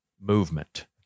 movement